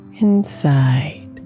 inside